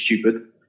stupid